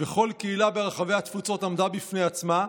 וכל קהילה ברחבי התפוצות עמדה בפני עצמה,